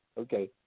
Okay